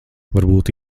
varbūt